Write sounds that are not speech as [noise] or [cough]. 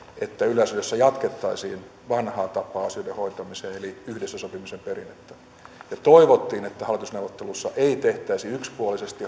että yleisradiossa jatkettaisiin vanhaa tapaa asioiden hoitamisessa eli yhdessä sopimisen perinnettä ja toivottiin että hallitusneuvotteluissa ei tehtäisi yksipuolisesti [unintelligible]